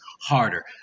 harder